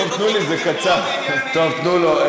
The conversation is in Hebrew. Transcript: תנו לו, חברים.